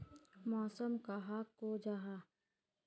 मौसम कहाक को जाहा?